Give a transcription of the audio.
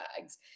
bags